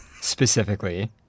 Specifically